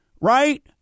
Right